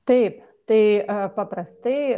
taip tai paprastai